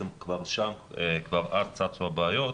כשכבר אז צצו הבעיות.